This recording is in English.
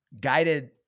Guided